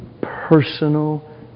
personal